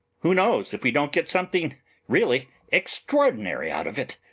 who knows if we don't get something really extraordinary out of it?